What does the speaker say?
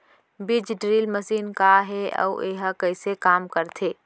बीज drill machine का हे अऊ एहा कइसे काम करथे?